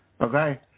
Okay